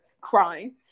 crying